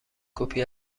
کپی